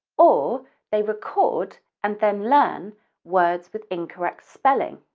or they record and then learn words with incorrect spelling.